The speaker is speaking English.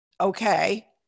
okay